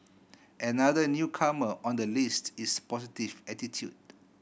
another newcomer on the list is positive attitude